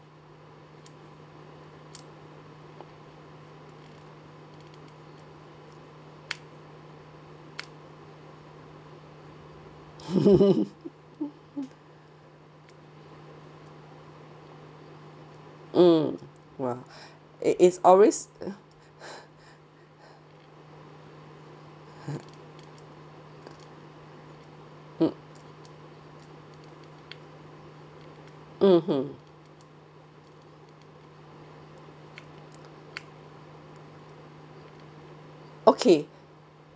mm !wah! it is always mm mmhmm okay